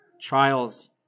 Trials